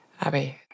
abby